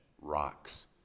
rocks